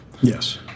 Yes